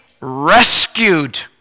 rescued